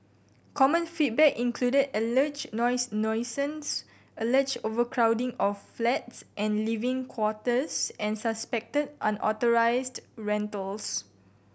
common feedback included alleged noise nuisance alleged overcrowding of flats and living quarters and suspected unauthorised rentals